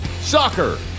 Soccer